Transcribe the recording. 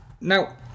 Now